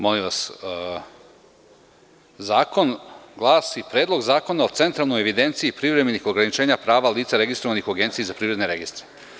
Molim vas, Zakon glasi – Predlog zakona o centralnoj evidenciji privremenih ograničenja prava lica registrovanih u Agenciji za privredne registre.